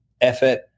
effort